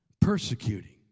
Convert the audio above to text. persecuting